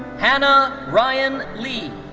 hannah ryan lee.